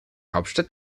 hauptstadt